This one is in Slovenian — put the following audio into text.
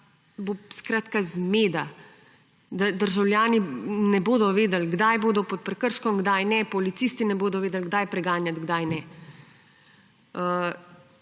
bo zmeda, da državljani ne bodo vedeli, kdaj bodo pod prekrškom, kdaj ne, policisti ne bodo vedeli, kdaj preganjati, kdaj ne.